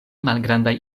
malgrandaj